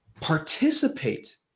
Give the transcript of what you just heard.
participate